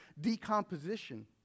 decomposition